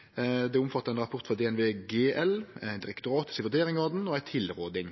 det er. Han kom i april 2020. Det omfatta ein rapport frå DNV GL, direktoratet si vurdering og ei tilråding.